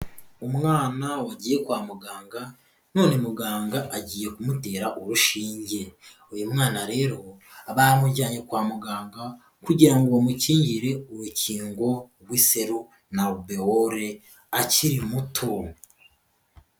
Umwana wagiye kwa muganga none muganga agiye kumutera urushinge, uyu mwana rero bamujyanye kwa muganga kugira ngo bamukingire urukingo rw'Iseru na Rubeole akiri muto.